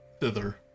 Thither